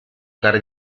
gare